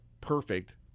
perfect